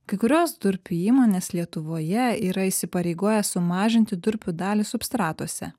kai kurios durpių įmonės lietuvoje yra įsipareigoję sumažinti durpių dalį substratuose